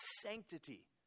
sanctity